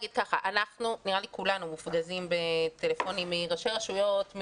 נראה לי שכולנו מופגזים בטלפונים מראשי רשויות,